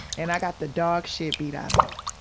and i got the dogshit beat out of me.